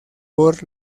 por